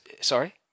sorry